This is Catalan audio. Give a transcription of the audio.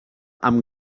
amb